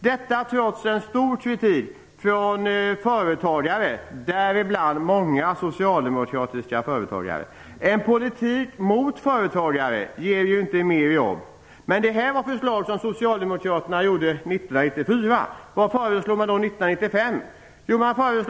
Detta sker trots en stark kritik från företagare, däribland många socialdemokratiska sådana. En politik mot företagare ger ju inte mer jobb. Detta var förslag som socialdemokraterna lade fram 1994. Vad föreslår man då 1995?